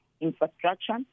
infrastructure